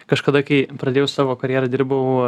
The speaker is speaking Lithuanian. kažkada kai pradėjau savo karjerą dirbau